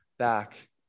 Back